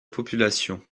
population